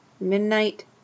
midnight